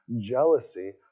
jealousy